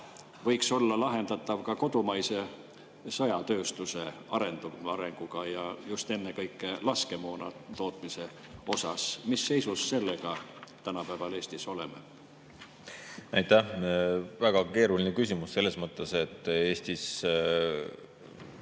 võiks olla lahendatav ka kodumaise sõjatööstuse arenguga, just ennekõike laskemoona tootmise puhul. Mis seisus sellega tänapäeval Eestis oleme? Aitäh! Väga keeruline küsimus selles mõttes, et Eestis